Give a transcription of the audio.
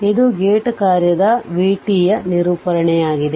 ಇದು ಗೇಟ್ ಕಾರ್ಯದ v ಯ ನಿರೂಪಣೆಯಾಗಿದೆ